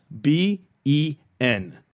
B-E-N